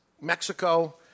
Mexico